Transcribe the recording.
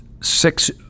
six